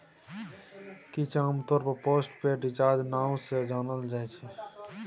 किछ आमतौर पर पोस्ट पेड रिचार्ज नाओ सँ जानल जाइ छै